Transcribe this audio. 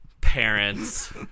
Parents